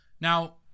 Now